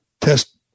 test